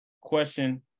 question